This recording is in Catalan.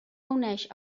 uneix